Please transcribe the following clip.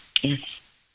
Yes